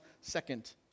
second